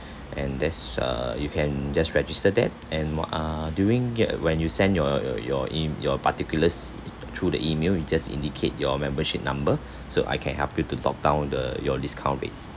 and that's uh you can just register that and what ah during that when you send your your your e~ your particulars through the email you just indicate your membership number so I can help you to log down the your discount based